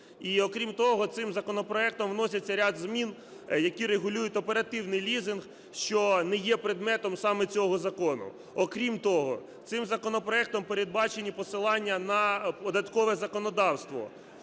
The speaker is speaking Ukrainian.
І, окрім того, цим законопроектом вноситься ряд змін, які регулюють оперативний лізинг, що не є предметом саме цього закону. Окрім того, цим законопроектом передбачені посилання на податкове законодавство,